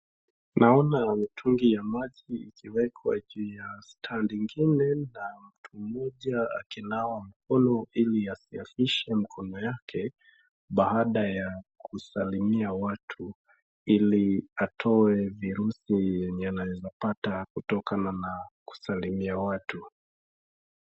Naona mitungi ya maji ikiwekwa juu ya stand ingine na mtu mmoja akinawa mikono ili asiachishe mkono yake baada ya kusalimia watu ili atoe virusi yenye anawezapata kutokana na kusalimia watu.